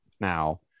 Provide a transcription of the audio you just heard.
now